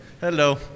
Hello